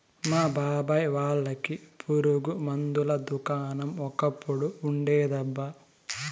మా బాబాయ్ వాళ్ళకి పురుగు మందుల దుకాణం ఒకప్పుడు ఉండేదబ్బా